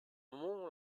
moment